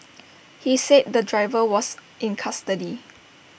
he said the driver was in custody